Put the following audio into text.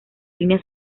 línea